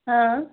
हाँ